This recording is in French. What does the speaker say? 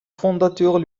fondateurs